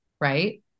Right